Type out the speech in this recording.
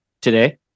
today